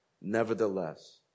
nevertheless